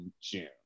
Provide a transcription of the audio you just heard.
June